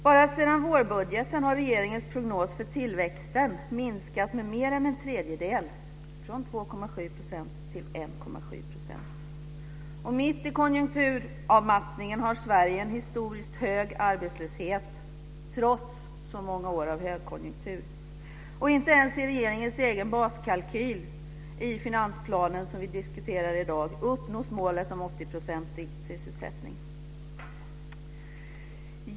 Bara sedan vårbudgeten har regeringens prognos för tillväxten minskat med mer än en tredjedel från Sverige en historiskt hög arbetslöshet trots så många år av högkonjunktur. Inte ens i regeringens egen baskalkyl i den finansplan som vi diskuterar i dag uppnås målet om en sysselsättning på 80 %.